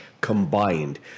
combined